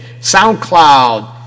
SoundCloud